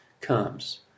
comes